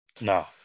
No